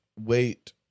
wait